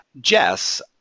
Jess